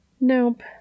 Nope